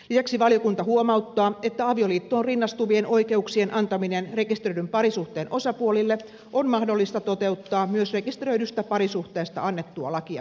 lisäksi valiokunta huomauttaa että avioliittoon rinnastuvien oikeuksien antaminen rekisteröidyn parisuhteen osapuolille on mahdollista toteuttaa myös rekisteröidystä parisuhteesta annettua lakia muuttamalla